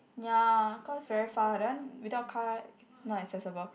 ya cause very far that one without car not accessible